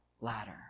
ladder